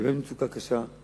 באמת מצוקה קשה,